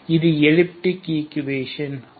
இது elliptic equation ஆகும்